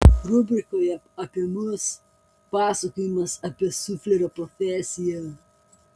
rubrikoje apie mus pasakojimas apie suflerio profesiją